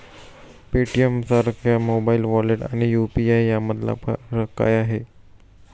पेटीएमसारख्या mobile wallet आणि UPI यामधला फरक काय आहे?